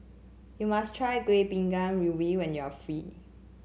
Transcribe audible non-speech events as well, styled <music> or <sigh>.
you must try Kueh Bingka Ubi when you are <unintelligible>